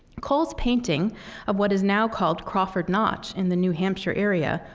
cole's painting of what is now called crawford notch in the new hampshire area,